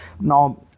Now